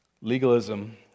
legalism